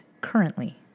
currently